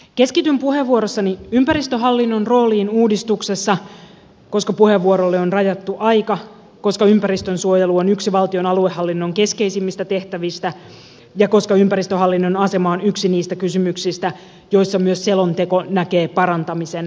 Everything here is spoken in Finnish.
keskityn puheenvuorossani ympäristöhallinnon rooliin uudistuksessa koska puheenvuorolle on rajattu aika koska ympäristönsuojelu on yksi valtion aluehallinnon keskeisimmistä tehtävistä ja koska ympäristöhallinnon asema on yksi niistä kysymyksistä joissa myös selonteko näkee parantamisen varaa